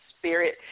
spirit